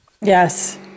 Yes